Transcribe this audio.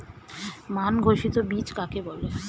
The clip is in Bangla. মান ঘোষিত বীজ কাকে বলে?